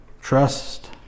Trust